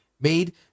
made